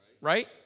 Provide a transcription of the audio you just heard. right